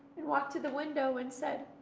and walked to the window and said,